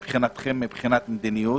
מבחינתכם, מבחינת מדיניות?